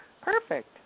Perfect